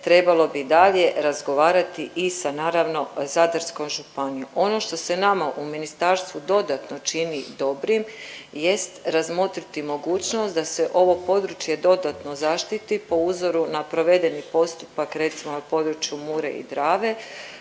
trebalo bi i dalje razgovarati i sa naravno Zadarskom županijom. Ono što se nama u ministarstvu dodatno čini dobrim jest razmotriti mogućnost da se ovo područje dodatno zaštiti po uzoru na provedeni postupak recimo na području Mure i Drave